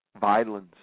violence